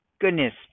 goodness